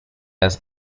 has